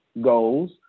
goals